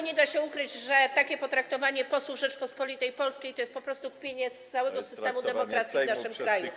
Nie da się ukryć, że takie potraktowanie posłów Rzeczypospolitej Polskiej to jest po prostu kpienie z całego systemu demokracji w naszym kraju.